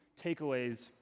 takeaways